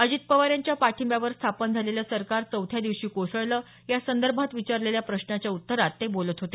अजित पवार यांच्या पाठिंब्यावर स्थापन झालेलं सरकार चौथ्या दिवशी कोसळलं यासंदर्भात विचारलेल्या प्रश्नाच्या उत्तरात ते बोलत होते